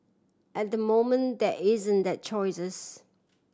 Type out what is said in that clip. at the moment there isn't that choices